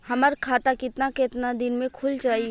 हमर खाता कितना केतना दिन में खुल जाई?